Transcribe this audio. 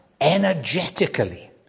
energetically